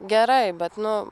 gerai bet nu